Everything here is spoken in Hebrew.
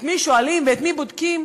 את מי שואלים ואת מי בודקים,